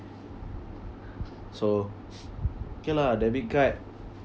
so okay lah debit card